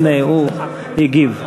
הנה, הוא הגיב.